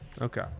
Okay